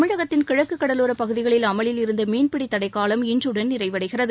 தமிழகத்தில் கிழக்கு கடலோரப் பகுதிகளில் அமலில் இருந்த மீன்பிடி தடைக்காலம் இன்றடன் நிறைவடைகிறது